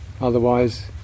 Otherwise